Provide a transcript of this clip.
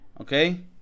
okay